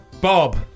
Bob